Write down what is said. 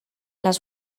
las